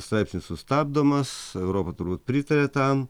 straipsnis sustabdomas europa turbūt pritaria tam